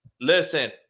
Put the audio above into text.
listen